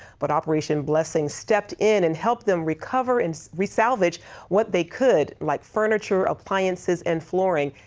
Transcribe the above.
but operation blessing stepped in and helped them recover and resalvage what they could, like furniture, appliances, and flooring,